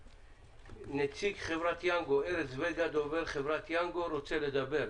נציג חברת יאנגו רוצה לדבר.